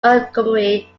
montgomery